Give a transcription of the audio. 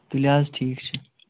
تُلِو حظ ٹھیٖک چھُ